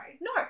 No